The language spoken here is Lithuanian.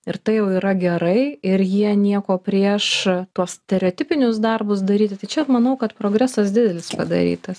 ir tai jau yra gerai ir jie nieko prieš tuos stereotipinius darbus daryti tai čia manau kad progresas didelis padarytas